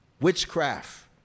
Witchcraft